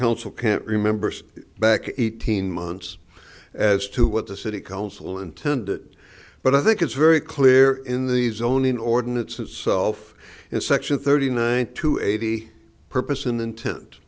council can't remember back eighteen months as to what the city council intended but i think it's very clear in the zoning ordinance itself in section thirty nine to eighty purpose in